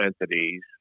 entities